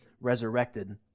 resurrected